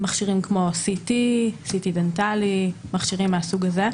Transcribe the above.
מכשירים כמו CT, CT דנטלי, מכשירים מהסוג הזה.